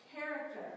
character